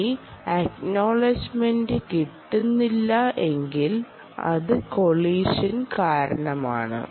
ഇനി അക്നോളജ്മെന്റെ കിട്ടുന്നില്ല എങ്കിൽ അത് കൊളീഷൻ കാരണമാണ്